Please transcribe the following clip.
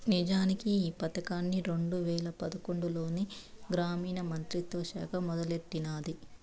నిజానికి ఈ పదకాన్ని రెండు వేల పదకొండులోనే గ్రామీణ మంత్రిత్వ శాఖ మొదలెట్టినాది